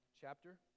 chapter